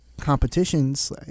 competitions